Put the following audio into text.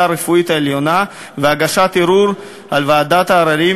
הרפואית העליונה והגשת ערעור על ועדת העררים,